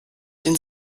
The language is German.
den